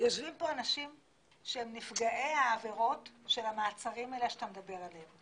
יושבים פה אנשים שהם נפגעי העבירות של המעצרים האלה שאתה מדבר עליהם.